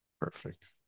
Perfect